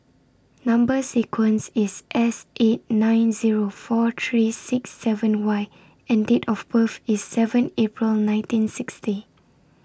Number sequence IS S eight nine Zero four three six seven Y and Date of birth IS seven April nineteen sixty